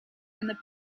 and